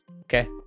Okay